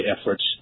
efforts